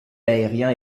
aérien